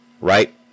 right